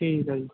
ਠੀਕ ਹੈ ਜੀ